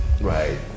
Right